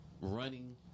running